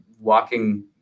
walking